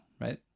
right